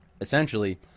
essentially